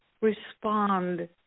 respond